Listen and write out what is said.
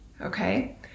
Okay